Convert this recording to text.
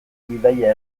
bidaia